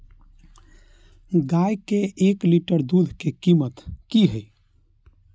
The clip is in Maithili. गाय के एक लीटर दूध के कीमत की हय?